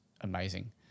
amazing